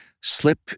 slip